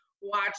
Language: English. watch